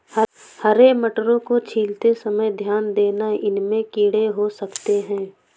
हरे मटरों को छीलते समय ध्यान देना, इनमें कीड़े हो सकते हैं